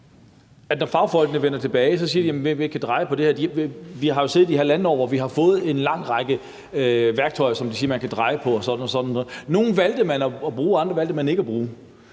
når fagfolkene vender tilbage, siger de: Man kan dreje på det her. Vi har jo siddet i halvandet år, hvor vi har fået en lang række værktøjer, som de siger at man kan dreje på og sådan og sådan. Nogle valgte man at bruge, og andre valgte man ikke at bruge.